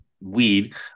weed